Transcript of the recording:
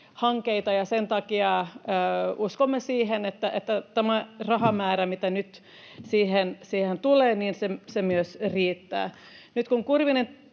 hankkeita, ja sen takia uskomme siihen, että tämä rahamäärä, mitä nyt siihen tulee, myös riittää. Nyt kun Kurvinenkin